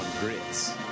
GRITS